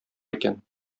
икән